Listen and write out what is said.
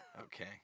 Okay